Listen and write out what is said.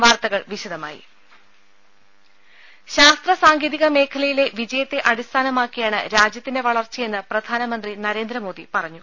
ൾ ൽ ൾ ശാസ്ത്ര സാങ്കേതിക മേഖലയിലെ വിജയത്തെ അടിസ്ഥാന മാക്കിയാണ് രാജ്യത്തിന്റെ വളർച്ചയെന്ന് പ്രധാനമന്ത്രി നരേന്ദ്ര മോദി പറഞ്ഞു